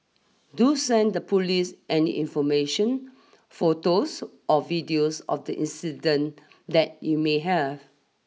do send the police any information photos or videos of the incident that you may have